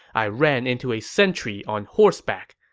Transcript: i ran into a sentry on horseback.